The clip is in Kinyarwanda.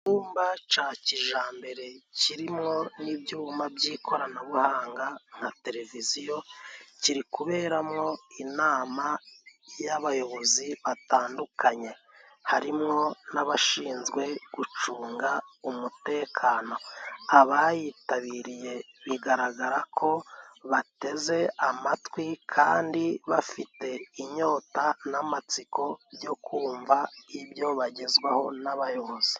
Icyumba cya kijambere kirimwo n'ibyuma by'ikoranabuhanga nka televiziyo, kiri kuberamwo inama y'abayobozi batandukanye, harimo n'abashinzwe gucunga umutekano. Abayitabiriye bigaragara ko bateze amatwi, kandi bafite inyota n'amatsiko byo kumva ibyo bagezwaho n'abayobozi.